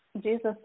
Jesus